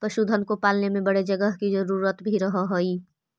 पशुधन को पालने में बड़े जगह की जरूरत भी रहअ हई